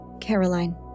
Caroline